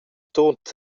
tut